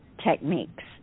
techniques